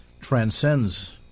transcends